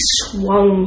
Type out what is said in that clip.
swung